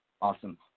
Awesome